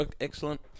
excellent